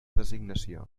designació